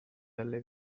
dalle